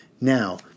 Now